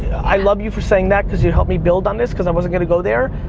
i love you for saying that, cause you help me build on this, cause i wasn't gonna go there.